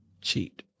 cheat